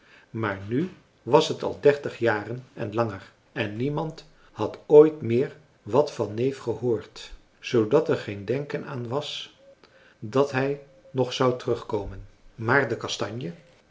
maar nu was het al dertig jaren en langer en niemand had ooit meer wat van neef gehoord zoodat er geen denken aan was dat hij nog zou terugkomen françois haverschmidt familie en kennissen maar de kastanje